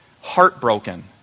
heartbroken